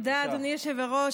תודה, אדוני היושב-ראש.